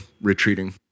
retreating